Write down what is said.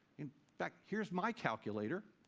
in fact, here's my calculator.